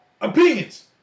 Opinions